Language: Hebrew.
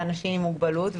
לאנשים גם מוגבלות.